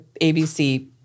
ABC